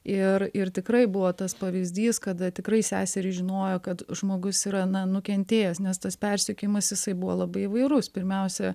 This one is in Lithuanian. ir ir tikrai buvo tas pavyzdys kada tikrai seserys žinojo kad žmogus yra na nukentėjęs nes tas persekiojimas jisai buvo labai įvairus pirmiausia